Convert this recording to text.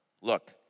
Look